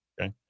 Okay